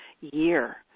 year